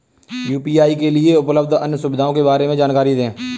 UPI के लिए उपलब्ध अन्य सुविधाओं के बारे में जानकारी दें?